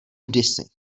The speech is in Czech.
kdysi